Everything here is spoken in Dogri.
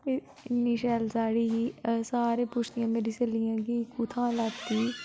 इन्नी शैल साड़ी ही सारे पुछदियां मेरियां स्हेलियां कि कुत्थां लैती